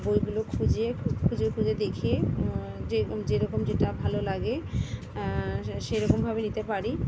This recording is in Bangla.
বইগুলো খুঁজে খুঁজে খুঁজে দেখি যে যেরকম যেটা ভালো লাগে সেরকমভাবে নিতে পারি